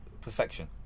perfection